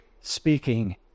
speaking